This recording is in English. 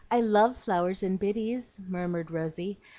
i love flowers and biddies, murmured rosy,